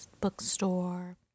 bookstore